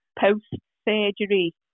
post-surgery